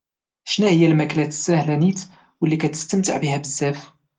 شناهيا شي ماكلة عادية اللي كتستمتع بيها بزاف؟